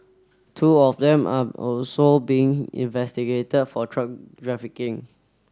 two of them are also being investigated for truck trafficking